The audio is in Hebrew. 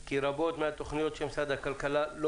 באמצעות משרד הביטחון והממשלה,